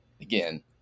again